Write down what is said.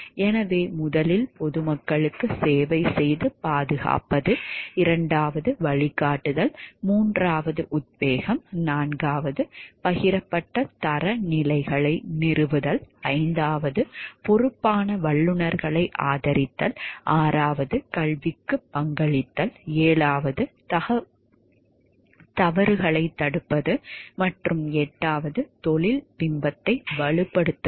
எனவே முதலில் பொதுமக்களுக்குச் சேவை செய்து பாதுகாப்பது இரண்டாவது வழிகாட்டுதல் மூன்றாவது உத்வேகம் நான்காவது பகிரப்பட்ட தரநிலைகளை நிறுவுதல் ஐந்தாவது பொறுப்பான வல்லுநர்களை ஆதரித்தல் ஆறாவது கல்விக்கு பங்களித்தல் ஏழாவது தவறுகளைத் தடுப்பது மற்றும் எட்டாவது தொழில் பிம்பத்தை வலுப்படுத்துவது